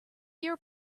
your